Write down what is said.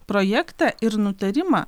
projektą ir nutarimą